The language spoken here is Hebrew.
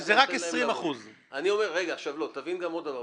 שזה רק 20%. תבין עוד דבר,